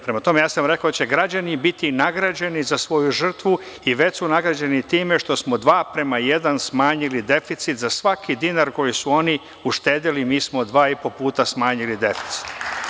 Prema tome, rekao sam da će građani biti nagrađeni za svoju žrtvu i već su nagrađeni time što smo dva prema jedan smanjili deficit za svaki dinar koji su oni uštedeli, mi smo 2,5 puta smanjili deficit.